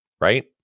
right